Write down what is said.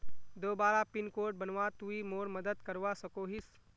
दोबारा pin code बनवात तुई मोर मदद करवा सकोहिस?